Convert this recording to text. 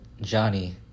Johnny